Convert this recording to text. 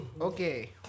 Okay